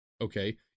okay